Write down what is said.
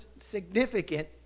significant